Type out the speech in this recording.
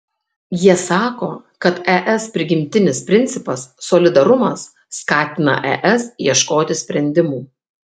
jie sako kad es prigimtinis principas solidarumas skatina es ieškoti sprendimų